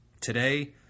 Today